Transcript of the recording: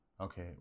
Okay